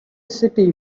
city